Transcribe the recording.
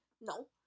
No